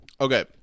okay